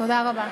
תודה רבה.